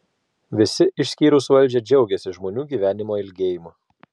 visi išskyrus valdžią džiaugiasi žmonių gyvenimo ilgėjimu